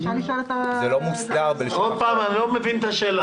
אני לא מבין את השאלה.